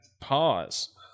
Pause